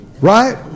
Right